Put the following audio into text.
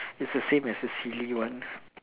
it's the same as the silly one